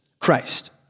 Christ